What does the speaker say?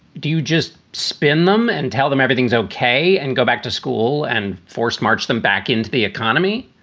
do you just spin them and tell them everything's ok and go back to school and forced march them back into the economy?